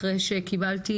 אחרי שקיבלתי,